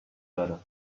better